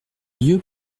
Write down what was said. lieux